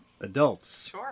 adults